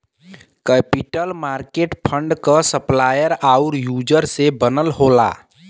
capital market fund क supplier आउर user से बनल होला